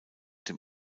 dem